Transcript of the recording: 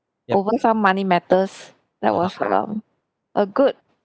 over some money matters that was um a good